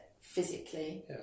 physically